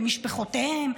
במשפחותיהם,